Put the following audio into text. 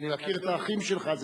אני מכיר את האחים שלך.